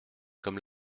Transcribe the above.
comme